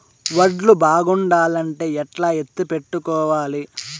వడ్లు బాగుండాలంటే ఎట్లా ఎత్తిపెట్టుకోవాలి?